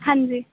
ਹਾਂਜੀ